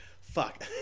Fuck